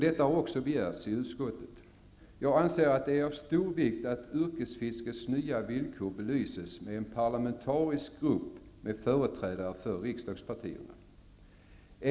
Detta har också begärts i utskottet. Jag anser att det är av stor vikt att yrkesfiskets nya villkor belyses med en parlamentarisk grupp med företrädare för riksdagspartierna.